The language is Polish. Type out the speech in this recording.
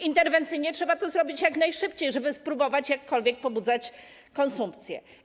Interwencyjnie trzeba to zrobić, jak najszybciej, żeby spróbować jakkolwiek pobudzać konsumpcję.